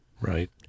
Right